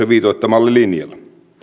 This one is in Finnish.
viitoittamalle linjalle